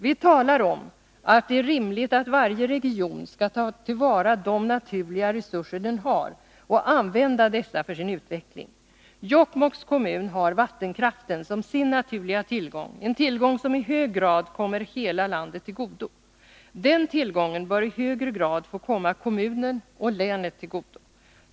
Vi talar om att det är rimligt att varje region skall ta till vara de naturliga resurser den har och använda dessa för sin utveckling. Jokkmokks kommun har vattenkraften som sin naturliga tillgång, en tillgång som i hög grad kommer hela landet till godo. Den tillgången bör i högre grad få komma kommunen och länet till godo.